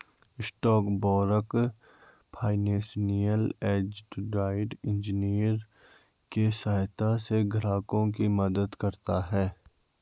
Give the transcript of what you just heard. stock broker financial advisory के सहायता से ग्राहकों की मदद करता है